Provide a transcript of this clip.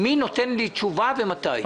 מי נותן לי תשובה ומתי.